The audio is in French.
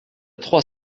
trois